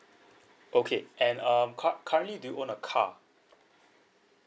okay and um cur~ currently do you own a car